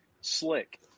slick